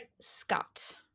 Scott